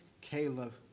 caleb